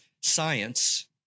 science